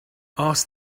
ask